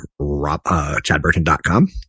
ChadBurton.com